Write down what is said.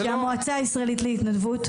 אני מהמועצה הישראלית להתנדבות.